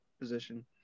position